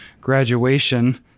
graduation